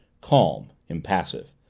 calm, impassive.